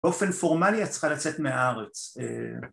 אופן פורמלי את צריכה לצאת מהארץ